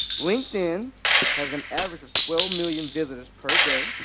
linkedln has an average of twelve million visitors per day.